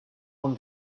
one